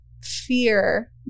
fear